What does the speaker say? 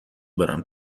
برم